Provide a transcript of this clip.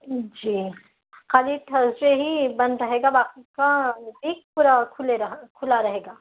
جی کل ہی تھرسڈے ہی بند رہے گا باقی کا ویک پورا کهلے رہا کهلا رہے گا